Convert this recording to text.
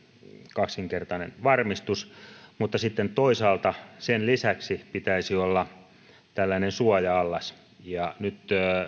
kaksinkertainen varmistus mutta toisaalta sen lisäksi pitäisi olla suoja allas nyt